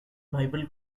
bible